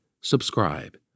subscribe